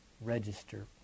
register